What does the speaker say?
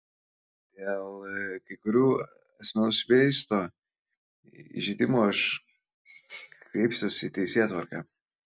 dėl kai kurių asmenų šmeižto įžeidimų aš kreipsiuosi į teisėtvarką